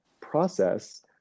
process